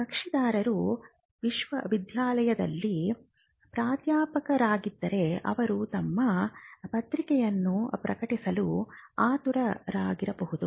ಕಕ್ಷಿದಾರರು ವಿಶ್ವವಿದ್ಯಾನಿಲಯದಲ್ಲಿ ಪ್ರಾಧ್ಯಾಪಕರಾಗಿದ್ದರೆ ಅವರು ತಮ್ಮ ಪತ್ರಿಕೆಯನ್ನು ಪ್ರಕಟಿಸಲು ಆತುರಪಡಬಹುದು